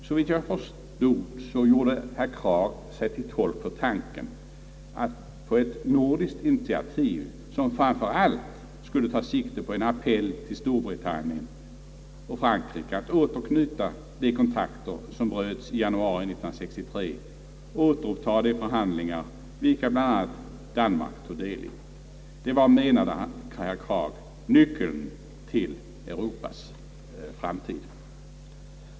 Såvitt jag förstod gjorde herr Krag sig till tolk för tanken på ett nordiskt initiativ, som framför allt skulle ta sikte på en appell till Storbritannien och Frankrike att återknyta de kontakter som bröts i januari 1963 och återupptaga de förhandlingar, i vilka bl.a. Danmark tog del. Det var, menade herr Krag, nyckeln till Europas framtid.